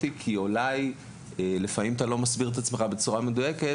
לפעמים אתה לא מסביר את עצמך בצורה מדויקת